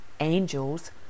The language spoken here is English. Angels